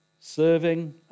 serving